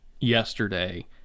yesterday